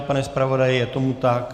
Pane zpravodaji, je tomu tak?